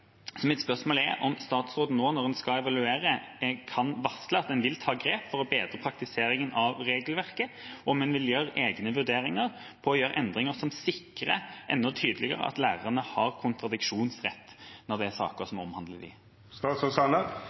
Mitt spørsmål er om statsråden nå, når en skal evaluere, kan varsle at en vil ta grep for å bedre praktiseringen av regelverket – om en vil gjøre egne vurderinger for å gjøre endringer som sikrer enda tydeligere at lærerne har kontradiksjonsrett når det er saker som omhandler